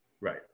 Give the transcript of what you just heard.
Right